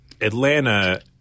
Atlanta